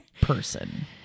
person